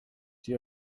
die